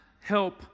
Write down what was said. help